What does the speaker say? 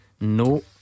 No